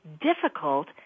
difficult